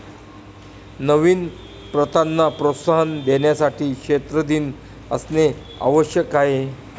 नवीन प्रथांना प्रोत्साहन देण्यासाठी क्षेत्र दिन असणे आवश्यक आहे